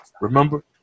Remember